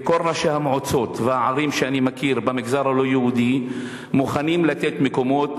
וכל ראשי המועצות והערים שאני מכיר במגזר הלא-יהודי מוכנים לתת מקומות,